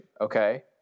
okay